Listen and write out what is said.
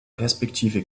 perspektive